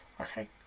okay